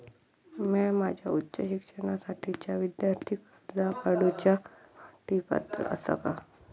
म्या माझ्या उच्च शिक्षणासाठीच्या विद्यार्थी कर्जा काडुच्या साठी पात्र आसा का?